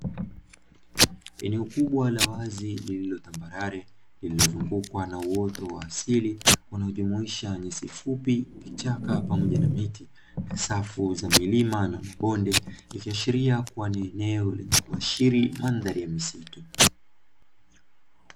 Eneo kubwa la wazi lililo tambarare, lililozungukwa na uoto wa asili unaojumuisha nyasi fupi, vichaka pamoja na miti, safu za milima na mabonde ikiashiria kuwa ni eneo lenye kuashiri mandhari ya misitu.